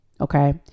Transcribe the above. Okay